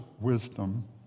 wisdom